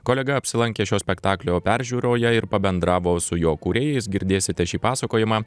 kolega apsilankė šio spektaklio peržiūroje ir pabendravo su jo kūrėjais girdėsite šį pasakojimą